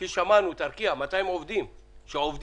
כפי ששמענו את ארקיע, 200 עובדים שעובדים